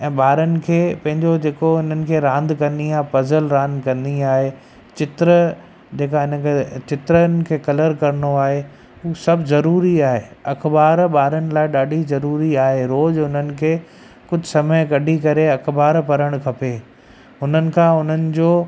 ऐं ॿारनि खे पंहिंजो जेको इन्हनि खे रांदि करिणी आहे पज़ल रांदि करिणी आहे चित्र जेका हिनखे चित्रनि खे कलर करिणो आहे हू सभु ज़रूरी आहे अख़बारु ॿारनि लाइ ॾाढी ज़रूरी आहे रोज़ु उन्हनि खे कुझु समय कढी करे अख़बारु पढ़णु खपे उन्हनि खां उन्हनि जो